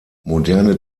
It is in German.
moderne